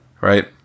Right